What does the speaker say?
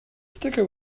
sticker